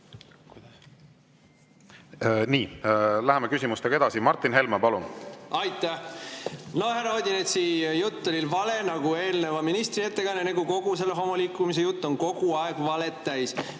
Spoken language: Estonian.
Läheme küsimustega edasi. Martin Helme, palun! Aitäh! Härra Odinetsi jutt oli vale – nagu eelneva ministri ettekanne, nagu kogu selle homoliikumise jutt on kogu aeg valet täis.